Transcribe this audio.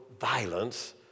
violence